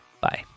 Bye